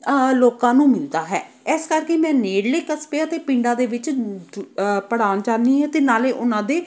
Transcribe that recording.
ਲੋਕਾਂ ਨੂੰ ਮਿਲਦਾ ਹੈ ਇਸ ਕਰਕੇ ਮੈਂ ਨੇੜਲੇ ਕਸਬਿਆਂ ਅਤੇ ਪਿੰਡਾਂ ਦੇ ਵਿੱਚ ਪੜ੍ਹਾਉਣ ਜਾਂਦੀ ਹਾਂ ਅਤੇ ਨਾਲੇ ਉਹਨਾਂ ਦੇ